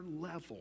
level